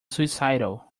suicidal